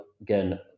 again